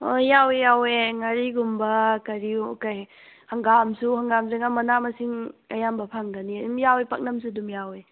ꯑꯣ ꯌꯥꯎꯋꯦ ꯌꯥꯎꯋꯦ ꯉꯥꯔꯤꯒꯨꯝꯕ ꯀꯔꯤ ꯀꯔꯤ ꯍꯪꯒꯥꯝꯁꯨ ꯍꯪꯒꯥꯝꯁꯤꯅ ꯃꯅꯥ ꯃꯁꯤꯡ ꯑꯌꯥꯝꯕ ꯐꯪꯒꯅꯤ ꯑꯗꯨꯝ ꯌꯥꯎꯋꯦ ꯄꯥꯛꯅꯝꯁꯨ ꯑꯗꯨꯝ ꯌꯥꯎꯋꯦ